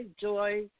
Joy